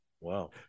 Wow